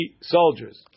soldiers